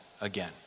again